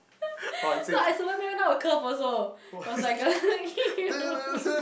so I Superman now a curve also was like a